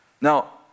Now